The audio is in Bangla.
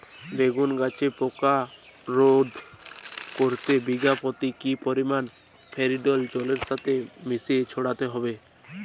বেগুন গাছে পোকা রোধ করতে বিঘা পতি কি পরিমাণে ফেরিডোল জলের সাথে মিশিয়ে ছড়াতে হবে?